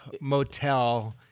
motel